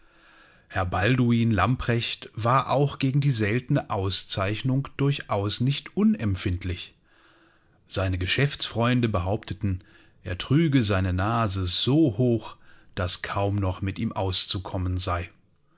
herr balduin lamprecht war auch gegen die seltene auszeichnung durchaus nicht unempfindlich seine geschäftsfreunde behaupteten er trüge seine nase so hoch daß kaum noch mit ihm auszukommen sei